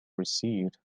received